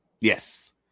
yes